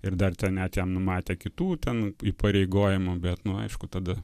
ir dar ten net jam numatė kitų ten įpareigojimų bet nu aišku tada